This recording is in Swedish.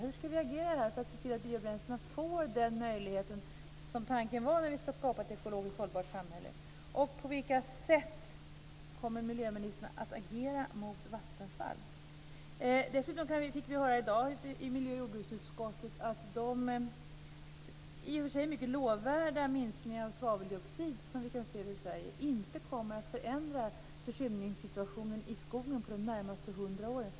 Hur ska vi agera för att se till att biobränslena får den möjlighet som tanken var när vi ska skapa ett ekologiskt hållbart samhälle? På vilka sätt kommer miljöministern att agera mot Vattenfall? Dessutom fick vi höra i dag i miljö och jordbruksutskottet att de i och för sig mycket lovvärda minskningar av svaveldioxid som vi kan se i Sverige inte kommer att förändra försurningssituationen i skogen under de närmaste hundra åren.